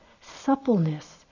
suppleness